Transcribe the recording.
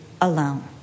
alone